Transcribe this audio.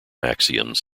axioms